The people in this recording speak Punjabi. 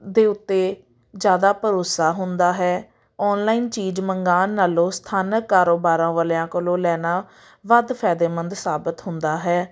ਦੇ ਉੱਤੇ ਜ਼ਿਆਦਾ ਭਰੋਸਾ ਹੁੰਦਾ ਹੈ ਔਨਲਾਈਨ ਚੀਜ਼ ਮੰਗਵਾਉਣ ਨਾਲੋਂ ਸਥਾਨਕ ਕਾਰੋਬਾਰਾਂ ਵਾਲਿਆਂ ਕੋਲੋਂ ਲੈਣਾ ਵੱਧ ਫਾਇਦੇਮੰਦ ਸਾਬਿਤ ਹੁੰਦਾ ਹੈ